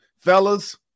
Fellas